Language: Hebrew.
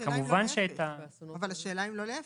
אבל השאלה אם לא להפך.